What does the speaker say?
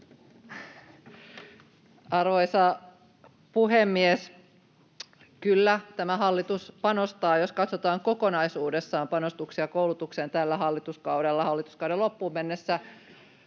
Arvoisa puhemies! Kyllä, tämä hallitus panostaa — jos katsotaan kokonaisuudessaan panostuksia koulutukseen tällä hallituskaudella hallituskauden loppuun mennessä